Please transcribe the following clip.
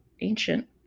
ancient